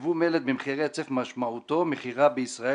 יבוא מלט במחירי היצף משמעותו מכירה בישראל